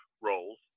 roles